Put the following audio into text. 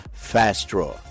FastDraw